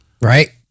right